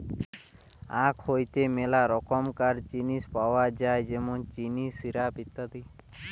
আখ হইতে মেলা রকমকার জিনিস পাওয় যায় যেমন চিনি, সিরাপ, ইত্যাদি